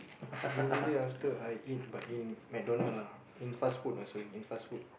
usually after I eat but in McDonald lah in fast food lah sorry in fast food